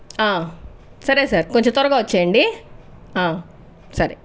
సరే సార్ కొంచెం త్వరగా వచ్చెయ్యండి సరే